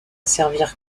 servir